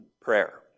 prayer